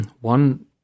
one